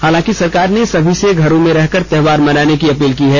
हालांकि सरकार ने सभी से घरों में रहकर त्योहार मनाने की अपील की है